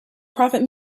profit